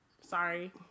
sorry